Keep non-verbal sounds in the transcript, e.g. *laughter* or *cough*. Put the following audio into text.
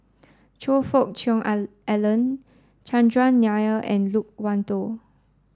Choe Fook Cheong *unintelligible* Alan Chandran Nair and Loke Wan Tho